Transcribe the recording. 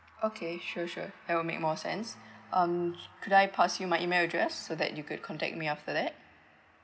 okay sure sure that'll make more sense um could I pass you my email address so that you could contact me after that